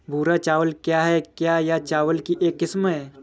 भूरा चावल क्या है? क्या यह चावल की एक किस्म है?